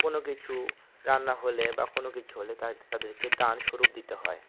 কোনো কিছু রান্না হলে বা কোনো কিছু হলে তাদেরকে দানস্বরূপ দিতে হয়